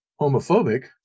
homophobic